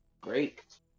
Great